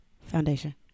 foundation